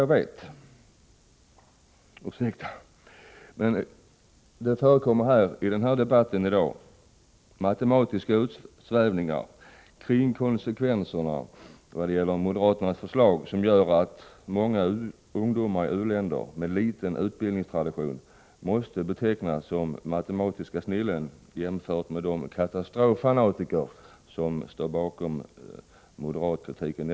Men såvitt jag förstår förekommer det i debatten här i dag matematiska utsvävningar kring konsekvenserna vad gäller moderaternas förslag som gör att många ungdomar i u-länder med liten utbildningstradition måste betecknas som matematiska snillen jämförda med de katastroffanatiker som står bakom moderatkritiken.